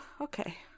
Okay